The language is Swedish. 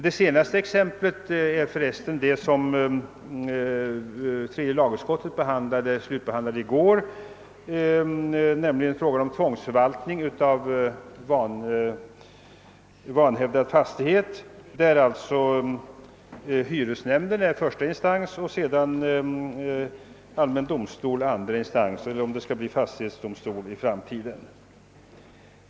Det senaste exemplet är för resten det som tredje lagutskottet slutbehandlade i går, nämligen frågan om tvångsförvaltning av vanhävdad fastighet, där hyresnämnden är första instans och allmän domstol andra instans — eller om det skall bli fastighetsdomstol i framtiden.